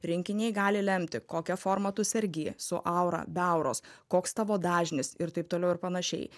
rinkiniai gali lemti kokia forma tu sergi su aura be auros koks tavo dažnis ir taip toliau ir panašiai